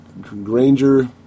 Granger